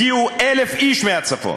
הגיעו 1,000 איש מהצפון,